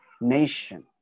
nation